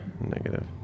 negative